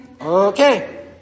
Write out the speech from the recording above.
Okay